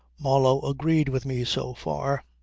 marlow agreed with me so far.